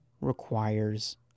requires